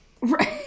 Right